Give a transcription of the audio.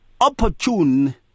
opportune